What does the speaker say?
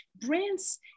brands